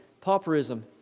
pauperism